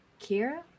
Kira